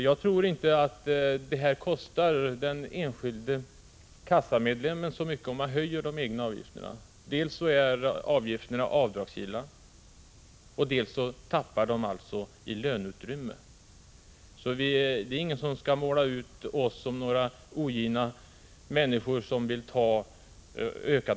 Jag tror inte att det kostar den enskilde kassamedlemmen speciellt mycket om egenavgifterna höjs. Dels är avgifterna avdragsgilla, dels tappar löntagarna annars löneutrymme. Ingen skall utmåla oss som vill öka egenavgifterna som ogina människor.